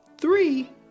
Three